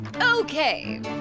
Okay